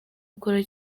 gukora